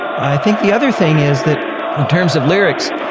i think the other thing is that in terms of lyrics,